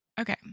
Okay